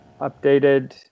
updated